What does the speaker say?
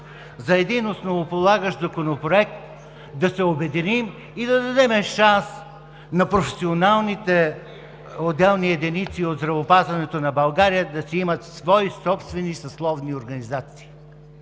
за един основополагащ законопроект: да се обединим и да дадем шанс на професионалните отделни единици от здравеопазването на България да си имат свои собствени съсловни организации;